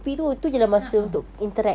a'ah